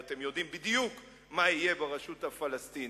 ואתם יודעים בדיוק מה יהיה ברשות הפלסטינית.